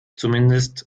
zumindest